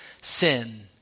sin